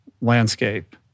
landscape